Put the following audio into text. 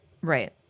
Right